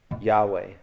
Yahweh